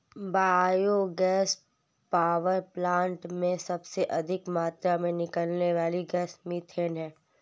bio gas power plant में सबसे अधिक मात्रा में निकलने वाली गैस मिथेन है